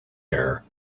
air